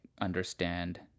understand